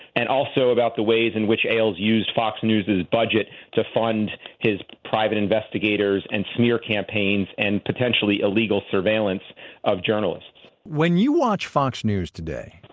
and also about the ways in which ailes used fox news' ah budget to fund his private investigators and smear campaigns and potentially illegal surveillance of journalists when you watch fox news today,